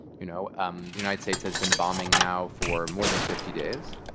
you know um the united states has been bombing now for more than fifty days.